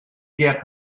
get